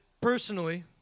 personally